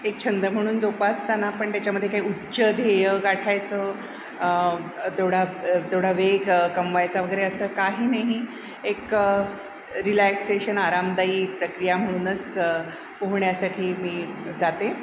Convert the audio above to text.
एक छंद म्हणून जोपासताना पण त्याच्यामध्ये काय उच्च ध्येय गाठायचं तेवढा तेवढा वेग कमवायचा वगैरे असं काही नाही एक रिलॅक्सेशन आरामदायी प्रक्रिया म्हणूनच पोहण्यासाठी मी जाते